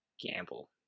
Gamble